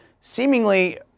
seemingly